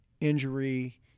injury